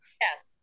Yes